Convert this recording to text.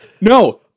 No